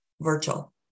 virtual